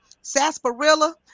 sarsaparilla